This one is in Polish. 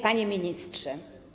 Panie Ministrze!